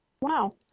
Wow